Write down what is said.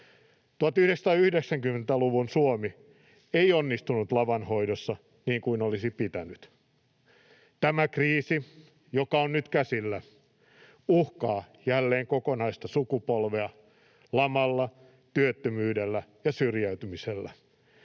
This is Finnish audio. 1990-luvun Suomi ei onnistunut laman hoidossa niin kuin olisi pitänyt. Tämä kriisi, joka on nyt käsillä, uhkaa jälleen kokonaista sukupolvea lamalla, työttömyydellä ja syrjäytymisellä.